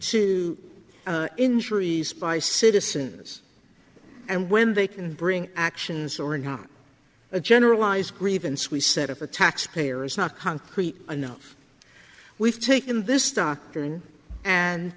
to injuries by citizens and when they can bring actions or not a generalized grievance we set up a taxpayer is not concrete enough we've taken this doctrine and